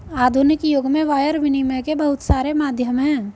आधुनिक युग में वायर विनियम के बहुत सारे माध्यम हैं